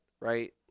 right